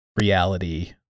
reality